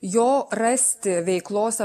jo rasti veiklos